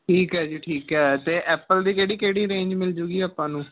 ਠੀਕ ਹੈ ਜੀ ਠੀਕ ਹੈ ਅਤੇ ਐਪਲ ਦੀ ਕਿਹੜੀ ਕਿਹੜੀ ਰੇਂਜ ਮਿਲ ਜਾਊਗੀ ਆਪਾਂ ਨੂੰ